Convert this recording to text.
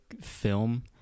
film